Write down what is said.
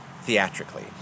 theatrically